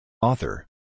Author